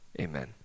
Amen